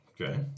Okay